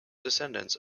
descendants